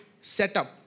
setup